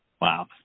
Wow